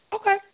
Okay